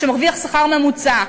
שמרוויח שכר ממוצע,